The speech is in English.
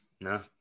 No